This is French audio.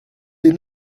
des